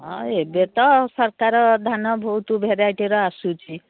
ହଁ ଏବେ ତ ସରକାର ଧାନ ବହୁତ ଭେରାଇଟିର ଆସୁଛି